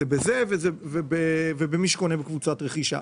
בזה ובמי שקונה בקבוצת רכישה.